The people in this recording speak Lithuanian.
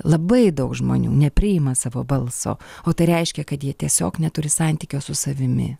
labai daug žmonių nepriima savo balso o tai reiškia kad jie tiesiog neturi santykio su savimi